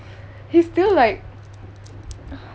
he's still like